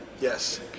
yes